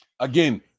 Again